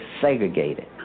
segregated